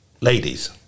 ladies